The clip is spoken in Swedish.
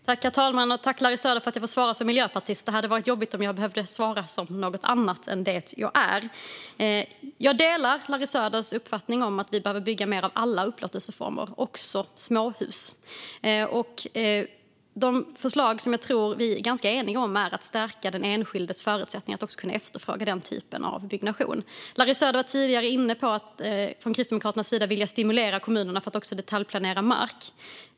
Herr talman! Tack, Larry Söder, för att jag får svara som miljöpartist. Det hade varit jobbigt om jag hade behövt svara som något annat än det jag är. Jag delar Larry Söders uppfattning att vi behöver bygga mer av alla upplåtelseformer, också småhus. Och de förslag som jag tror att vi är ganska eniga om är att stärka den enskildes förutsättningar att också efterfråga den typen av byggnation. Larry Söder var tidigare inne på att man från Kristdemokraternas sida vill stimulera kommunerna att detaljplanera mark.